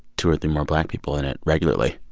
two or three more black people in it regularly?